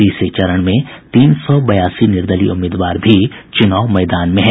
तीसरे चरण में तीन सौ बयासी निर्दलीय उम्मीदवार भी चुनाव मैदान में हैं